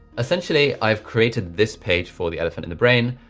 essentially, i've created this page for the elephant in the brain.